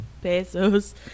pesos